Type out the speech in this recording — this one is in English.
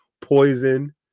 poison